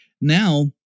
Now